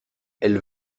elles